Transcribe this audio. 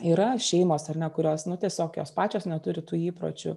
yra šeimos ar ne kurios nu tiesiog jos pačios neturi tų įpročių